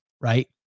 Right